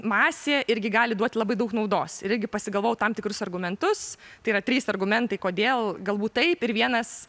masė irgi gali duoti labai daug naudos irgi pasigavau tam tikrus argumentus tai yra trys argumentai kodėl galbūt taip ir vienas